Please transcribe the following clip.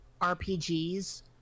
RPGs